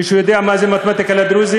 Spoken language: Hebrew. מישהו יודע מה זה מתמטיקה לדרוזים?